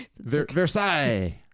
versailles